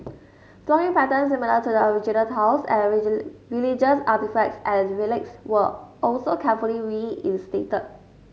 flooring patterns similar to the original tiles and religious artefacts and relics were also carefully reinstated